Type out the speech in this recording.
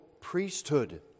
priesthood